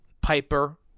Piper